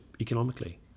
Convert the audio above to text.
economically